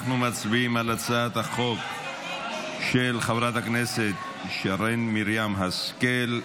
אנחנו מצביעים על הצעת החוק של חברת הכנסת שרן מרים השכל.